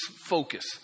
focus